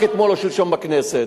רק אתמול או שלשום בכנסת.